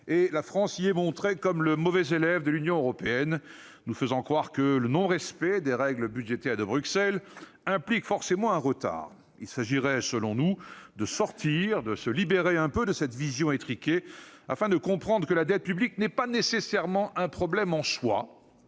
et la France y est montrée comme le mauvais élève de l'Union européenne, nous faisant croire que le non-respect des règles budgétaires de Bruxelles implique forcément un « retard ». Il s'agirait, selon nous, de sortir et de se libérer de cette vision étriquée, afin de comprendre que la dette publique n'est pas nécessairement un problème en soi.